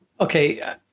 okay